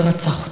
רצח אותה.